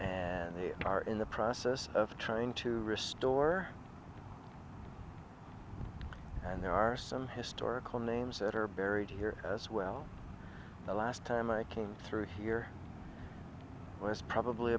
nd they are in the process of trying to restore and there are some historical names that are buried here as well the last time i came through here was probably